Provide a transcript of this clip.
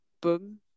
boom